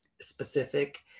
specific